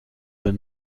the